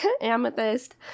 Amethyst